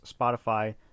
Spotify